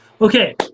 Okay